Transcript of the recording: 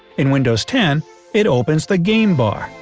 in windows ten it opens the game bar.